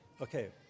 Okay